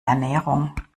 ernährung